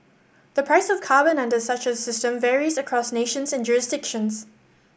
the price of carbon under such a system varies across nations and jurisdictions